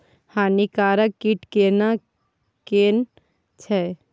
हानिकारक कीट केना कोन छै?